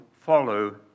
follow